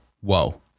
whoa